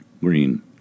Green